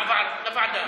לוועדה.